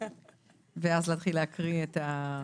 ואז להתחיל להקריא את הנוסח.